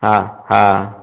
हाँ हाँ